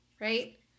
right